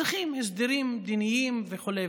צריכים הסדרים מדיניים וכו'.